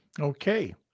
Okay